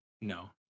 no